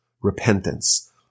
repentance